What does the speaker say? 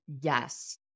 yes